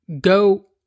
Go